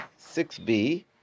6B